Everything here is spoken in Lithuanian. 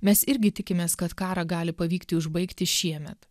mes irgi tikimės kad karą gali pavykti užbaigti šiemet